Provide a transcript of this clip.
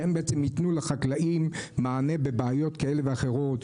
והם ייתנו לחקלאים מענה בבעיות כאלה ואחרות,